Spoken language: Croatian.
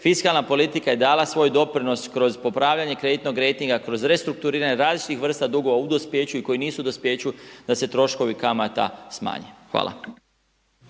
Fiskalna politika je dala svoj doprinos kroz popravljanje kreditnog rejtinga, kroz restrukturiranje, različitih vrsta dugova u dospijeću i koje nisu u dospijeću da se troškovi kamata smanje. Hvala.